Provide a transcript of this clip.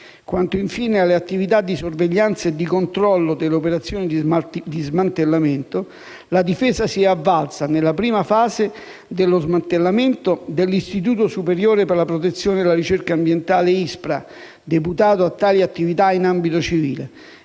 Quanto, infine, alle attività di sorveglianza e di controllo delle operazioni di smantellamento, la Difesa si è avvalsa, nella prima fase dello smantellamento, dell'Istituto superiore per la protezione e la ricerca ambientale (ISPRA), deputato a tali attività in ambito civile,